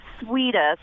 sweetest